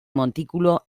montículo